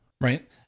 Right